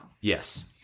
Yes